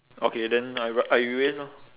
okay then I wri~ I erase orh